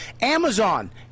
Amazon